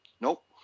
Nope